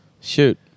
Shoot